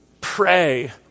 pray